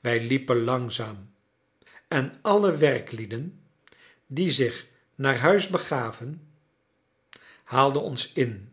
wij liepen langzaam en alle werklieden die zich naar huis begaven haalden ons in